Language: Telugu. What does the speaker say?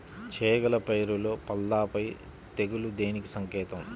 చేగల పైరులో పల్లాపై తెగులు దేనికి సంకేతం?